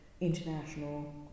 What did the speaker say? international